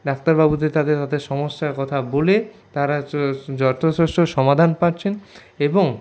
ডাক্তারবাবুদের তাদের তাদের সমস্যার কথা বলে তারা যথেষ্ট সমাধান পাচ্ছেন এবং